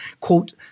quote